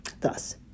Thus